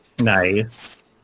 Nice